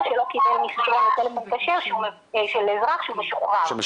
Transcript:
שלא קיבל --- טלפון כשר של אזרח שהוא משוחרר,